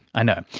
i know.